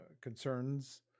concerns